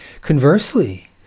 Conversely